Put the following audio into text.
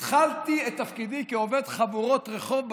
התחלתי את תפקידי כעובד חבורות רחוב בשכונה.